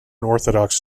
orthodox